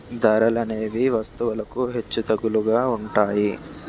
ధరలనేవి వస్తువులకు హెచ్చుతగ్గులుగా ఉంటాయి